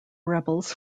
rebels